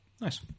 nice